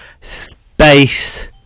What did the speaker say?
space